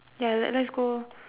ya then let's go lor